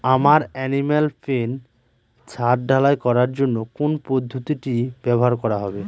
আমার animal pen ছাদ ঢালাই করার জন্য কোন পদ্ধতিটি ব্যবহার করা হবে?